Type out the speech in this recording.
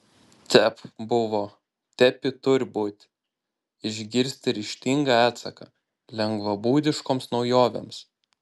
tep buvo tep į tur būti išgirsti ryžtingą atsaką lengvabūdiškoms naujovėms